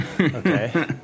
Okay